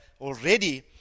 already